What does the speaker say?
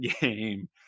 game